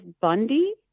Bundy